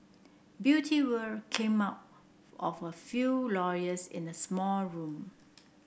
Beauty World came out of a few lawyers in a small room